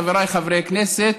חבריי חברי הכנסת,